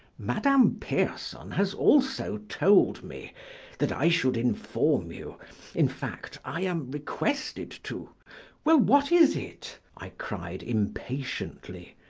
madame pierson has also told me that i should inform you in fact, i am requested to well, what is it? i cried, impatiently.